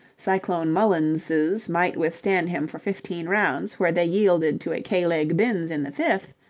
cyclone mullinses might withstand him for fifteen rounds where they yielded to a k-leg binns in the fifth,